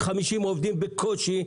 50 עובדים בקושי,